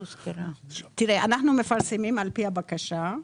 תראה, אנחנו מפרסמים על פי הבקשה.